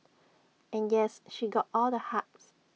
and yes she got all the hugs